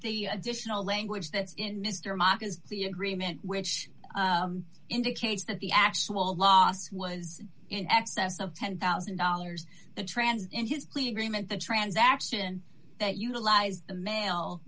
the additional language that mr mock is the agreement which indicates that the actual loss was in excess of ten thousand dollars the trans in his plea agreement the transaction that utilize the ma